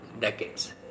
decades